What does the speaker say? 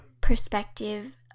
perspective